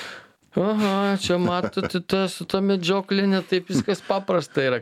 aha čia matote ta su tuo medžiokle ne taip viskas paprasta yra